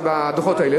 בדוחות האלה.